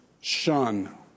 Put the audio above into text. shun